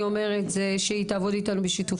אני אומרת זה שהיא תעבוד איתנו בשיתוף